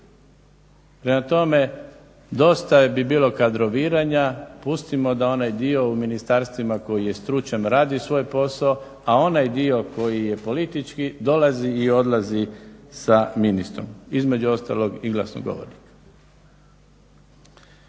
Prema tome, dosta bi bilo kadroviranja. Pustimo da onaj dio u ministarstvima koji je stručan radi svoj posao, a onaj dio koji je politički dolazi i odlazi sa ministrom, između ostalog i glasnogovornik.